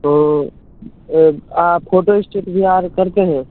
तो वह आप फोटो इस्टेट भी और करते हैं